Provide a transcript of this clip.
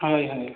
ହଏ ହଏ